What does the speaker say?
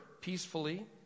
peacefully